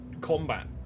combat